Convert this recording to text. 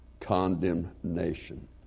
condemnation